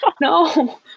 No